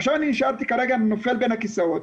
עכשיו נותרתי נופל בין הכיסאות'.